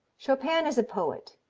chopin is a poet.